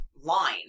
line